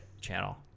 channel